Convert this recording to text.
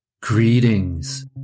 Greetings